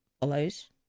follows